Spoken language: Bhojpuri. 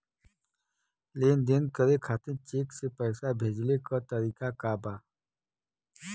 लेन देन करे खातिर चेंक से पैसा भेजेले क तरीकाका बा?